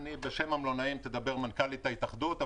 בשם המלונאים תדבר מנכ"לית ההתאחדות.